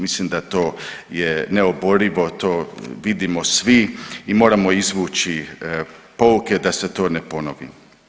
Mislim da to je neoborivo, to vidimo svi i moramo izvući pouke da se to ne ponovi.